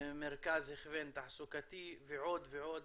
מרכז הכוון תעסוקתי ועוד ועוד